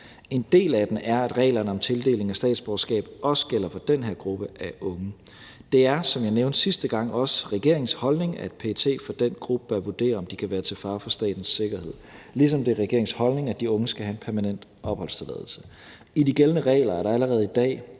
En del af den er, at reglerne om tildeling af statsborgerskab også gælder for den her gruppe af unge. Det er, som jeg nævnte sidste gang, også regeringens holdning, at PET for den gruppe bør vurdere, om de kan være til fare for statens sikkerhed, ligesom det er regeringens holdning, at de unge skal have en permanent opholdstilladelse. I de gældende regler er der allerede i dag